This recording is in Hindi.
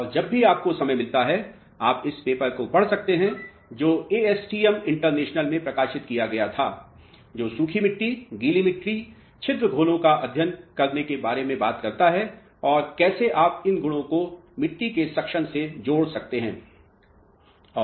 और जब भी आपको समय मिलता है आप इस पेपर को पढ़ सकते हैं जो ASTM international में प्रकाशित किया गया था जो सूखी मिट्टी गीली मिट्टी छिद्र समाधानों का अध्ययन करने के बारे में बात करता है और कैसे आप इन गुणों को मिट्टी के सक्शन से जोड़ सकते हैं